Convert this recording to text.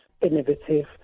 innovative